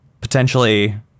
potentially